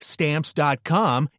Stamps.com